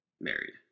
married